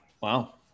Wow